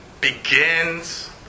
begins